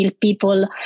people